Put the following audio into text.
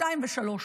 שתיים ושלוש,